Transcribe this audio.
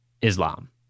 Islam